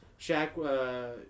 Shaq